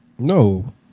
No